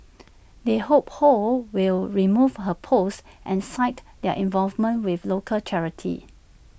they hope ho will remove her post and cited their involvement with local charities